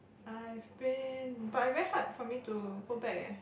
I've been but I very hard for me to go back eh